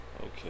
Okay